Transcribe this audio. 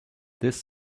this